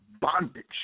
bondage